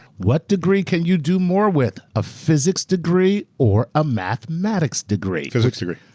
what degree can you do more with, a physics degree or a mathematics degree? physics degree.